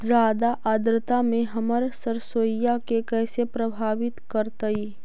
जादा आद्रता में हमर सरसोईय के कैसे प्रभावित करतई?